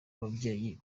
w’ababyeyi